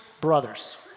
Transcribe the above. brothers